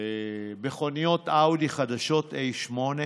מכוניות אאודי חדשות A8,